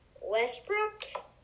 Westbrook